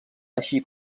així